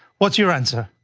what's your answer?